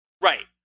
Right